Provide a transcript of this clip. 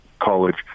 college